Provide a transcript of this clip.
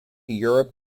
europe